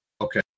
Okay